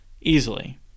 easily